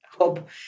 hope